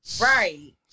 Right